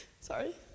sorry